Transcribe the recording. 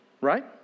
right